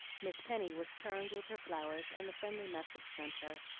miss penny was charmed with her flowers and the friendly message sent her,